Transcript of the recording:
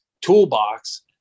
toolbox